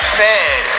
fed